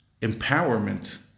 empowerment